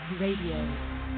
radio